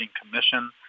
commission